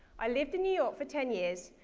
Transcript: i lived in new york for ten years,